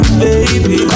baby